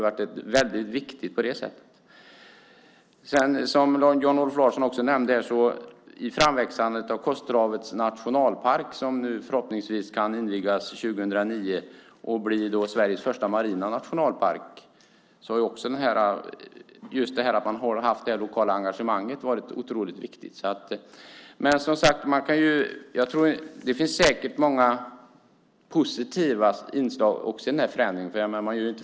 Jan-Olof Larsson nämnde också att i framväxandet av Kosterhavets nationalpark, som förhoppningsvis kan invigas 2009 och bli Sveriges första marina nationalpark, har det lokala engagemanget varit mycket viktigt. Det finns säkert många positiva inslag i denna förändring.